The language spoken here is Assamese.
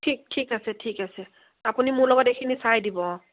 ঠিক ঠিক আছে ঠিক আছে আপুনি মোৰ লগত এইখিনি চাই দিব অঁ